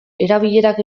erabilerak